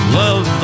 love